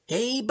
Hey